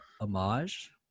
homage